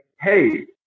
hey